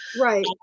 Right